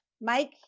mike